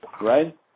Right